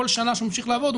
כל שנה שהוא ממשיך לעבוד,